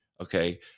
okay